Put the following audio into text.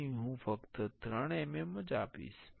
તેથી હું ફક્ત 3 mm આપીશ